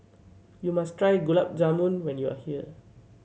you must try Gulab Jamun when you are here